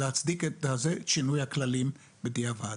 להצדיק את שינוי הכללים בדיעבד